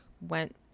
went